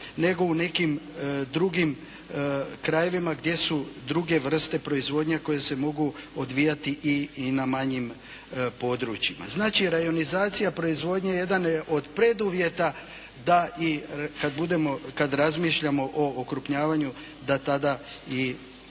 nego u nekim drugim krajevima gdje su druge vrste proizvodnje koje se mogu odvijati i na manjim područjima. Znači, rajonizacija proizvodnje jedan je od preduvjeta da i kad razmišljamo o okrupnjavanju, da tada i o tome